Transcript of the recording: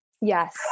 Yes